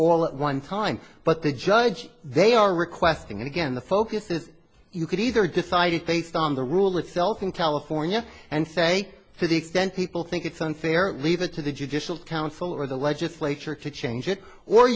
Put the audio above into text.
all at one time but the judge they are requesting again the focus is you can either decide it based on the rule itself in california and say to the extent people think it's unfair leave it to the judicial council or the legislature to change it or